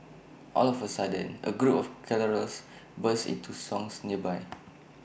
all of A sudden A group of carollers burst into songs nearby